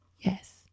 yes